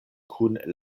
kun